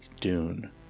Dune